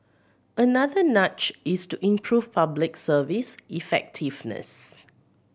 another nudge is to improve Public Service effectiveness